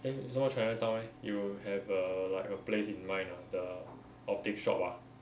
then 为什么 chinatown leh you have a like a place in mind ah the optic shop ah